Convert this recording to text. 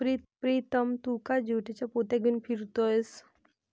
प्रीतम तू का ज्यूटच्या पोत्या घेऊन फिरतोयस